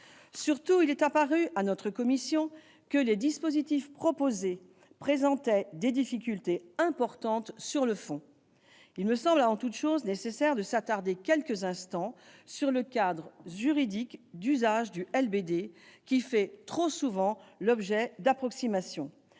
Surtout, il est apparu à notre commission que les dispositifs proposés présentaient des difficultés importantes sur le fond. Avant tout, il me semble nécessaire de s'attarder quelques instants sur le cadre juridique d'usage du LBD, qui fait trop souvent l'objet d'approximations.